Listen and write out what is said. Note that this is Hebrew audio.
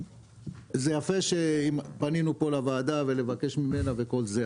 זה יפה שפנינו פה לוועדה לבקש ממנה וכל זה,